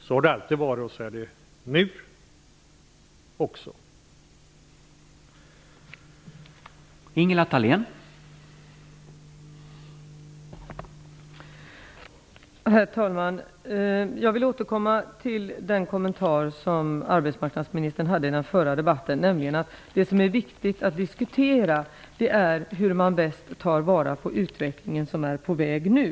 Så har det alltid varit, och så är det också nu.